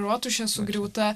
rotušė sugriauta